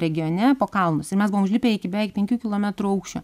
regione po kalnus ir mes buvom užlipę iki beveik penkių kilometrų aukščio